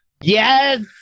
Yes